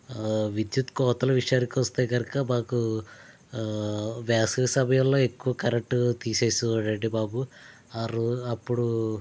విద్యుత్ కోతలు విషయానికి వస్తే కనుక మాకు వేసవి సమయంలో ఎక్కువ కరెంట్ తీసి వాడండి బాబు రోజు అప్పుడు